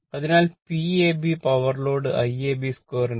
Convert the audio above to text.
അതിനാൽ Pab power loss Iab2 Rab